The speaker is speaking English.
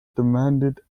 demanded